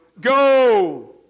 Go